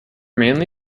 mainly